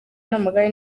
n’amagare